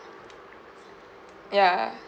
ya